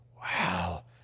wow